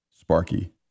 Sparky